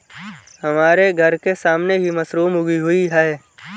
हमारे घर के सामने ही मशरूम उगी हुई है